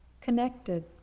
connected